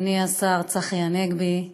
אדוני השר צחי הנגבי,